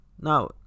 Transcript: now